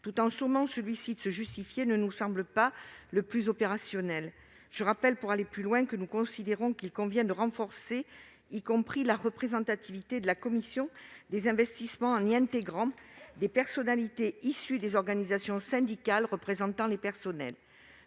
tout en sommant celui-ci de se justifier, ne nous semble pas être la plus opérationnelle. Pour aller plus loin, nous estimons qu'il conviendrait de renforcer la représentativité de la commission des investissements, en y intégrant des personnalités issues des organisations syndicales représentatives du personnel.